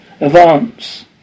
advance